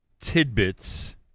Tidbit's